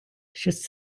щось